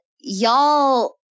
Y'all